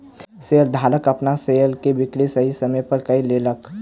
शेयरधारक अपन शेयर के बिक्री सही समय पर कय लेलक